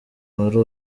wari